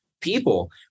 people